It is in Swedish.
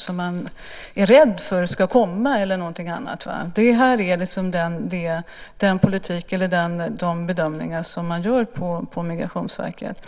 som man är rädd för ska komma eller något annat. Det här är de bedömningar som man gör på Migrationsverket.